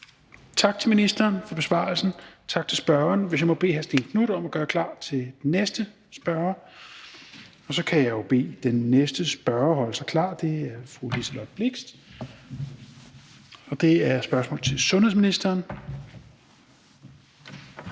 Tak til ministeren for besvarelsen. Tak til spørgeren. Hvis jeg må bede hr. Stén Knuth om at gøre klar til den næste spørger. Så kan jeg jo bede den næste spørger holde sig klar. Det er fru Liselott Blixt. Det er et spørgsmål til sundhedsministeren.